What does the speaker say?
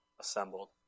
assembled